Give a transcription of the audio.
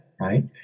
right